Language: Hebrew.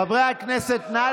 חבר הכנסת קריב, תודה רבה.